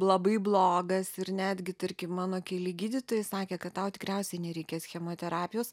labai blogas ir netgi tarkim mano keli gydytojai sakė kad tau tikriausiai nereikės chemoterapijos